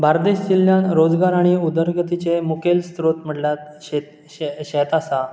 बार्देस जिल्ल्यान रोजगार आनी उदरगतीचे मुखेल स्त्रोत म्हटल्यार शेत शे शेत आसा